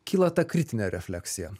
kyla ta kritinė refleksija